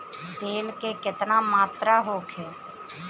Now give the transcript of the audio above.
तेल के केतना मात्रा होखे?